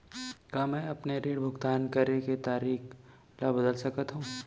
का मैं अपने ऋण भुगतान करे के तारीक ल बदल सकत हो?